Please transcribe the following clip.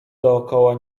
dookoła